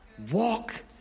Walk